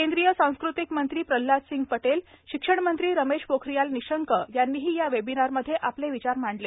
केंद्रीय सांस्कृतिक मंत्री प्रल्हाद सिंह पटेल शिक्षणमंत्री रमेश पोखरियाल निशंक यांनीही या वेबिनारमध्ये आपले विचार मांडले